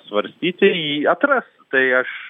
svarstyti jį atras tai aš